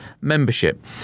membership